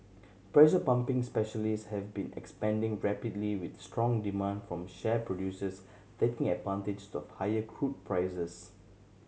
pressure pumping specialist have been expanding rapidly with strong demand from shale producers taking advantage of higher crude prices